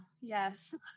Yes